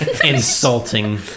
insulting